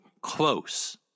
close